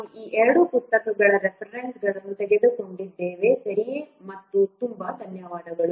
ನಾವು ಈ ಎರಡು ಪುಸ್ತಕಗಳ ರೆಫರೆನ್ಸ್ಗಳನ್ನು ತೆಗೆದುಕೊಂಡಿದ್ದೇವೆ ಸರಿಯೆ ಮತ್ತು ತುಂಬ ಧನ್ಯವಾದಗಳು